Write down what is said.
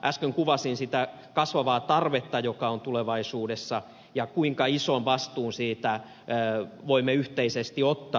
äsken kuvasin sitä kasvavaa tarvetta joka on tulevaisuudessa ja kuinka ison vastuun siitä voimme yhteisesti ottaa